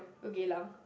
to Geylang